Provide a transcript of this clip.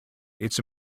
it’s